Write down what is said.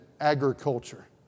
agriculture